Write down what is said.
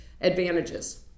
advantages